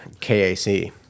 KAC